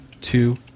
two